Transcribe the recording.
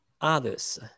others